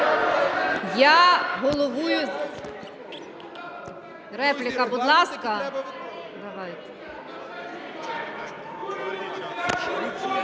Я головую… Репліка, будь ласка.